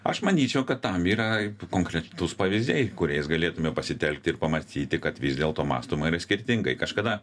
aš manyčiau kad tam yra konkretus pavyzdžiai kuriais galėtume pasitelkti ir pamatyti kad vis dėlto mąstoma yra skirtingai kažkada